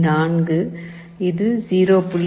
4 இது 0